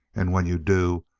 and when you do,